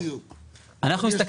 בדיוק,